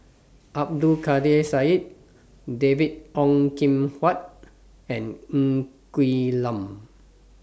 Abdul Kadir Syed David Ong Kim Huat and Ng Quee Lam